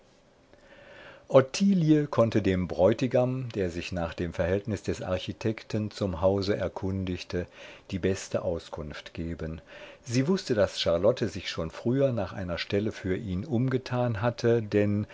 ottilie konnte dem bräutigam der sich nach dem verhältnis des architekten zum hause erkundigte die beste auskunft geben sie wußte daß charlotte sich schon früher nach einer stelle für ihn umgetan hatte denn